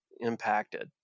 impacted